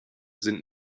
sind